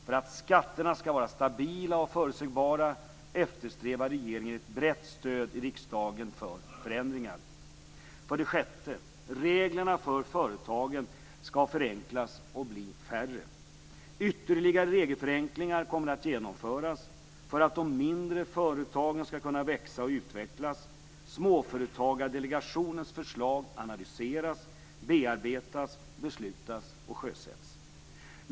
För att skatterna skall vara stabila och förutsägbara eftersträvar regeringen ett brett stöd i riksdagen för förändringar. 6. Reglerna för företagen skall förenklas och bli färre. Ytterligare regelförenklingar kommer att genomföras för att de mindre företagen skall kunna växa och utvecklas. Småföretagardelegationens förslag analyseras, bearbetas, beslutas och sjösätts.